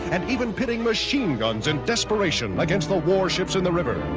and even pitting machine guns in desperation against the warships in the river.